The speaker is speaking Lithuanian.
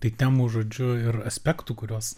tai temų žodžiu ir aspektų kuriuos